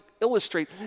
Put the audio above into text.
illustrate